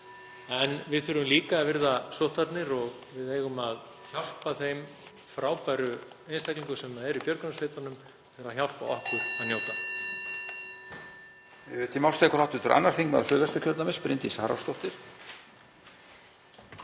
en við þurfum líka að virða sóttvarnir og við eigum að hjálpa þeim frábæru einstaklingum sem eru í björgunarsveitunum til að hjálpa okkur að njóta.